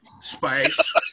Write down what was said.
spice